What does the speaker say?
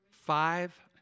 Five